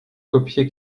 copié